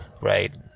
right